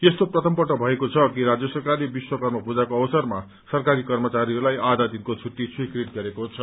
यस्तो प्रथमपल्ट भएको छ कि राज्य सरकारले विश्वकर्म पूजाको अवसरमा सरकारी कर्मचारीहरूलाई आधा दिनको छुट्टी स्वीकृत गरेको छ